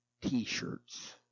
t-shirts